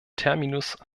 terminus